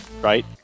right